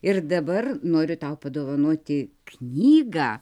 ir dabar noriu tau padovanoti knygą